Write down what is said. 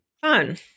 Fun